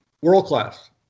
World-class